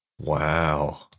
Wow